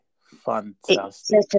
fantastic